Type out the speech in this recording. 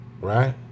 Right